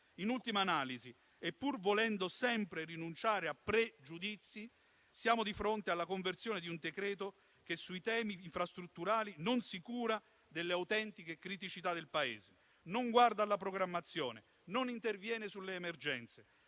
In ultima analisi e pur volendo sempre rinunciare a pre-giudizi, siamo di fronte alla conversione di un decreto che sui temi infrastrutturali non si cura delle autentiche criticità del Paese, non guarda alla programmazione, non interviene sulle emergenze,